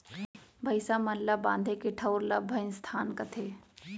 भईंसा मन ल बांधे के ठउर ल भइंसथान कथें